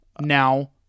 now